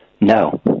No